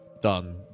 done